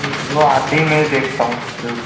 जी वह आते ही मैं देखता हूँ फिर